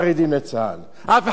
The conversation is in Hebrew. אף אחד לא רוצה אותם,